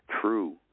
true